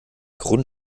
grund